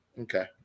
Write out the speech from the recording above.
Okay